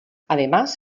además